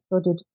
studied